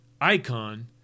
icon